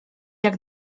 jak